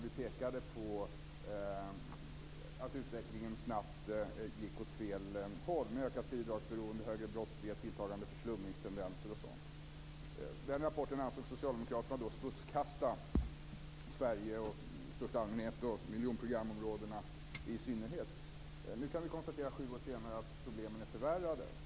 Vi pekade i rapporten på att utvecklingen snabbt gick åt fel håll - med ökat bidragsberoende, högre brottslighet, tilltagande förslumningstendenser osv. Den rapporten ansåg socialdemokraterna då smutskasta Sverige i största allmänhet och miljonprogramområdena i synnerhet. Nu, sju år senare, kan vi konstatera att problemen förvärrats.